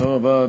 תודה רבה.